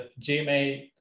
Gmail